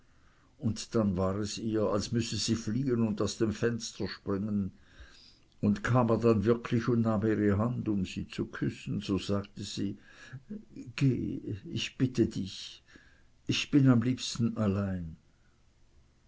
und dann war es ihr als müsse sie fliehen und aus dem fenster springen und kam er dann wirklich und nahm ihre hand um sie zu küssen so sagte sie geh ich bitte dich ich bin am liebsten allein